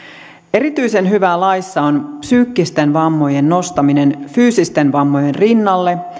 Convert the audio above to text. erityisen hyvää laissa on psyykkisten vammojen nostaminen fyysisten vammojen rinnalle